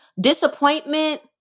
disappointment